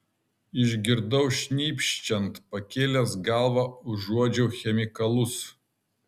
išgirdau šnypščiant pakėlęs galvą užuodžiau chemikalus